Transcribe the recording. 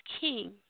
king